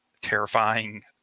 terrifying